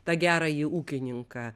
tą gerąjį ūkininką